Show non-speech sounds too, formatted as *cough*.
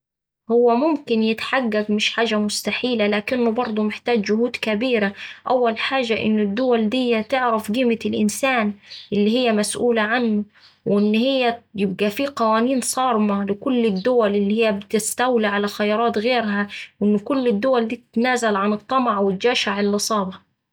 هوه ممكن يتحقق مش حاجة مستحيلة لكنه برضه محتاج جهود كبيرة. أول حاجة إن الدول ديه تعرف قيمة الإنسان اللي هيه مسؤولة عنه وإن هي ي *hesitation* يبقا فيه قوانين صارمة لكل الدول اللي هيه بتستولي علي خيرات غيرها وإن كل الدول دي تتنازل عن الطمع والجشع اللي صابها.